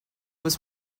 was